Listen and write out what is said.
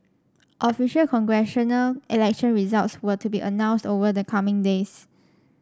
official congressional election results were to be announced over the coming days